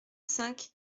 cinq